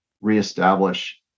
reestablish